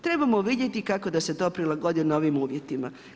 Trebamo vidjeti kako da se to prilagodi novim uvjetima.